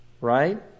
right